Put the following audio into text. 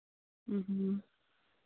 إ ہۭں